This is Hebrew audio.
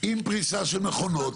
עם פריסה של מכונות,